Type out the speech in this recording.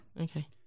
Okay